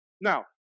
Now